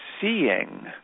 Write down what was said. seeing